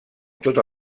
tota